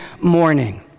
morning